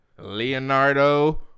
Leonardo